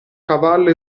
cavallo